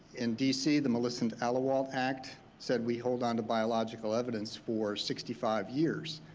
in d. c. the millicent allewelt act said we hold onto biological evidence for sixty five years.